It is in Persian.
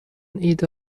ایده